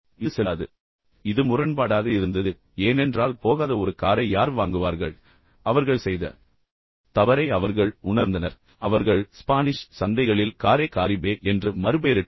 எனவே இது முரண்பாடாக இருந்தது ஏனென்றால் போகாத ஒரு காரை யார் வாங்குவார்கள் பின்னர் அவர்கள் செய்த தவறை அவர்கள் உணர்ந்தனர் பின்னர் அவர்கள் ஸ்பானிஷ் சந்தைகளில் காரை காரிபே என்று மறுபெயரிட்டனர்